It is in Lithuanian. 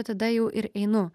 tada jau ir einu